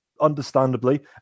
understandably